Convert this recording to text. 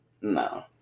No